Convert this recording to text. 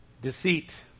Deceit